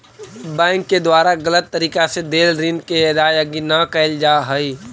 bank के द्वारा गलत तरीका से देल ऋण के अदायगी न कैल जा हइ